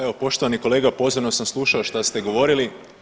Evo poštovani kolega pozorno sam slušao što ste govorili.